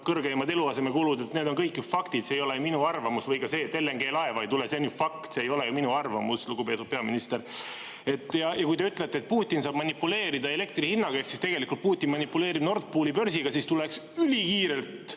kõrgeimad eluasemekulud. Need on kõik faktid, see ei ole minu arvamus. Ka see, et LNG-laeva ei tule, on fakt. See ei ole minu arvamus, lugupeetud peaminister! Kui te ütlete, et Putin saab manipuleerida elektri hinnaga, siis tegelikult Putin manipuleerib Nord Pooli börsiga. [Sellepärast] tuleks ülikiiresti